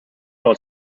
lord